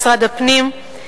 משרד הפנים,